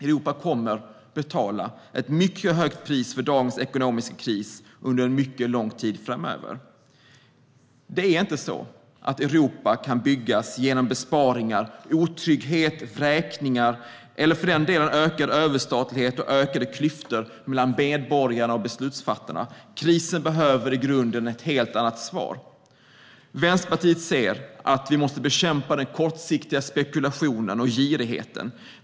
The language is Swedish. Europa kommer att betala ett mycket högt pris för dagens ekonomiska kris under en mycket lång tid framöver. Europa kan inte byggas genom besparingar, otrygghet, vräkningar eller för den delen genom ökad överstatlighet och ökade klyftor mellan medborgare och beslutsfattare. Krisen behöver i grunden ett helt annat svar. Vänsterpartiet anser att vi måste bekämpa den kortsiktiga spekulationen och girigheten.